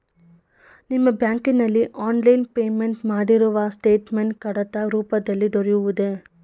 ನಿಮ್ಮ ಬ್ಯಾಂಕಿನಲ್ಲಿ online payment ಮಾಡಿರುವ ಸ್ಟೇಟ್ಮೆಂಟ್ ಕಡತ ರೂಪದಲ್ಲಿ ದೊರೆಯುವುದೇ?